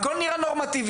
הכול נראה נורמטיבי,